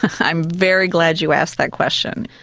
i'm very glad you asked that question.